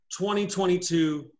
2022